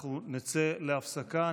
כרגע אנחנו נצא להפסקה.